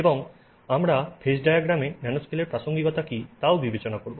এবং আমরা ফেজ ডায়াগ্রামে ন্যানোস্কেলের প্রাসঙ্গিকতা কী তাও বিবেচনা করব